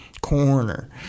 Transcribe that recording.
corner